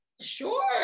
Sure